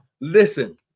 Listen